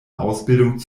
ausbildung